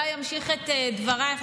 ואולי אמשיך את דברייך.